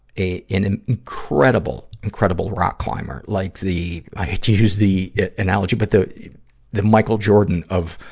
a, an incredible, incredible rock climber. like the i hate to use the analogy but the the michael jordan of,